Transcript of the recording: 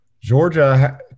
Georgia